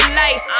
life